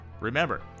Remember